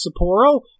Sapporo